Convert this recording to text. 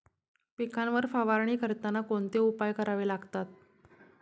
पिकांवर फवारणी करताना कोणते उपाय करावे लागतात?